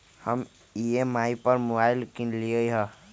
हम ई.एम.आई पर मोबाइल किनलियइ ह